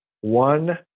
One